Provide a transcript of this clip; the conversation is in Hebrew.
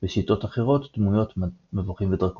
ושיטות אחרות דמויות מו"ד,